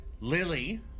Lily